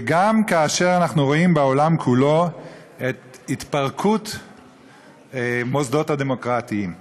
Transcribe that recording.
וגם כאשר אנחנו רואים בעולם כולו את התפרקות המוסדות הדמוקרטיים.